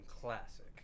classic